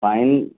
sign